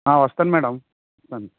వస్తాను మ్యాడమ్